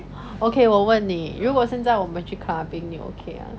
okay 我问你如果现在我们去 clubbing 你 okay mah